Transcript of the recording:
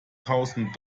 thousand